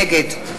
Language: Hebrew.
נגד ישראל כץ,